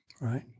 Right